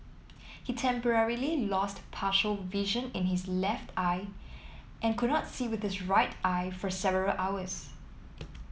he temporarily lost partial vision in his left eye and could not see with his right eye for several hours